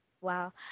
Wow